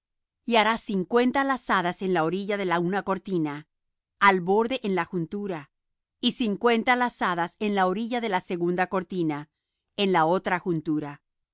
y harás cincuenta lazadas en la orilla de la una cortina al borde en la juntura y cincuenta lazadas en la orilla de la segunda cortina en la otra juntura